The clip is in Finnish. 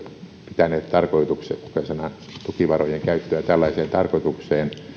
pitäneet tarkoituksenmukaisena tukivarojen käyttöä tällaiseen tarkoitukseen